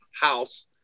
house